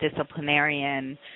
disciplinarian